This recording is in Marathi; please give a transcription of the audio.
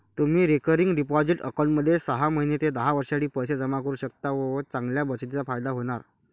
तुम्ही रिकरिंग डिपॉझिट अकाउंटमध्ये सहा महिने ते दहा वर्षांसाठी पैसे जमा करू शकता व चांगल्या बचतीचा फायदा होणार